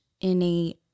innate